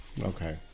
Okay